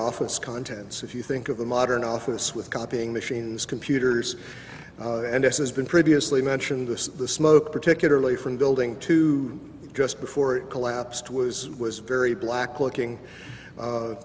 office contents if you think of the modern office with copying machines computers and as has been previously mentioned of the smoke particularly from building to just before it collapsed was was very black looking